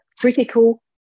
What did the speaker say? critical